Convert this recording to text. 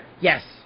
Yes